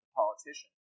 politician